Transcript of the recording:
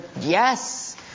yes